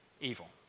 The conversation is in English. evil